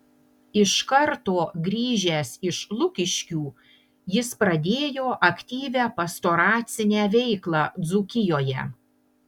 iš karto grįžęs iš lukiškių jis pradėjo aktyvią pastoracinę veiklą dzūkijoje